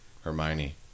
Hermione